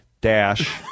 Dash